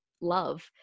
love